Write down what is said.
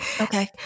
Okay